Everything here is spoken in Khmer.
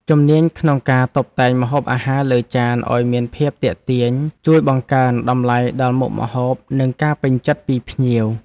ជំនាញក្នុងការតុបតែងម្ហូបអាហារលើចានឱ្យមានភាពទាក់ទាញជួយបង្កើនតម្លៃដល់មុខម្ហូបនិងការពេញចិត្តពីភ្ញៀវ។